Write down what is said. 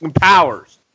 Powers